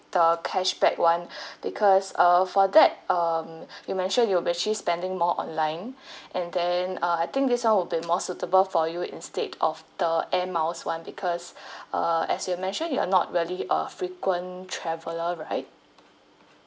the cashback [one] because uh for that um you mentioned you actually spending more online and then uh I think this one will be more suitable for you instead of the air miles [one] because err as you mentioned you are not really a frequent traveler right